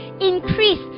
increase